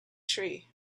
tree